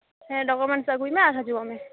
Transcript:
ᱦᱮᱸ ᱰᱚᱠᱩᱢᱮᱱᱥ ᱟᱹᱜᱩᱭ ᱢᱮ ᱟᱨ ᱦᱤᱡᱩᱜᱚᱜ ᱢᱮ